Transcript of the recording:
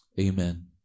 Amen